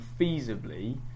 feasibly